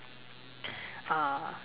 ah